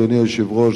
אדוני היושב-ראש,